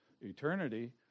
eternity